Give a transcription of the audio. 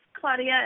Claudia